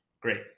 great